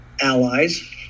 allies